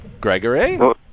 Gregory